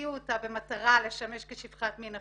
השיאו אותה במטרה לשמש כשפחת מין,